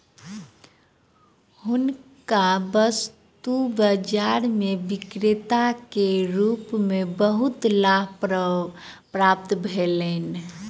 हुनका वस्तु बाजार में विक्रेता के रूप में बहुत लाभ प्राप्त भेलैन